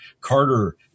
Carter